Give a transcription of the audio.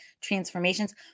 transformations